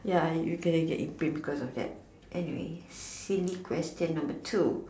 ya you can get in pain because of that anyway silly question number two